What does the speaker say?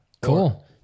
Cool